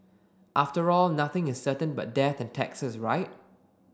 after all nothing is certain but death and taxes right